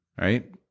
right